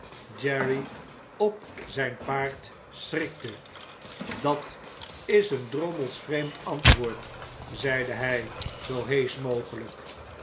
jerry op zijn paard schrikte dat is eendrommels vreemd antwoord zeide iijj zoo heesch mogelijk